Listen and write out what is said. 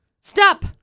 Stop